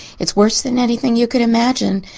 it's worse than anything you could imagine.